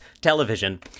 television